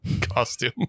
costume